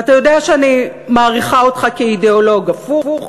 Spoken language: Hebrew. ואתה יודע שאני מעריכה אותך כאידיאולוג, הפוך